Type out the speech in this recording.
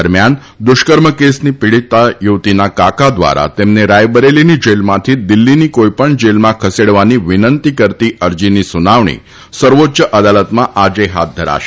દરમિયાન દુષ્કર્મ કેસની પીડિત યુવતીના કાકા દ્વારા તેમને રાયબરેલીની જેલમાંથી દિલ્ફીની કોઈપણ જેલમાં ખસેડવાની વિનંતી કરતી અરજીની સુનાવણી સર્વોચ્ય અદાલતમાં આજે હાથ ધરાશે